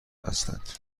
هستند